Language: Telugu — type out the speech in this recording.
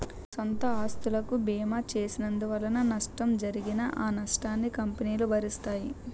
సొంత ఆస్తులకు బీమా చేసినందువలన నష్టం జరిగినా ఆ నష్టాన్ని కంపెనీలు భరిస్తాయి